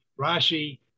Rashi